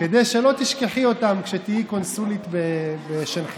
כדי שלא תשכחי אותן כשתהיי קונסולית בשנגחאי.